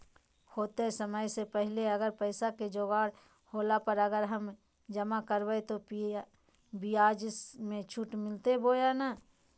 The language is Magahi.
होतय समय से पहले अगर पैसा के जोगाड़ होला पर, अगर हम जमा करबय तो, ब्याज मे छुट मिलते बोया नय?